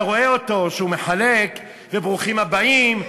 אתה רואה אותו שהוא מחלק וברוכים הבאים,